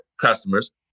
customers